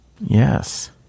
Yes